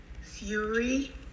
Fury